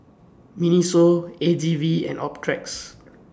Miniso A G V and Optrex